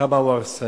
כמה הוא הרסני,